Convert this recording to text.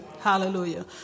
Hallelujah